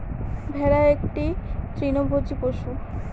ভেড়া একটি তৃণভোজী পশু